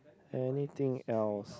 anything else